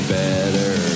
better